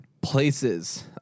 places